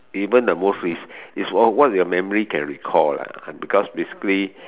even the most recent it's all what your memory can recall lah because basically